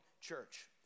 church